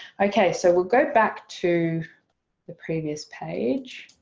okay so we'll go back to the previous page,